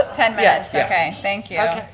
ten minutes, okay, thank you.